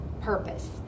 purpose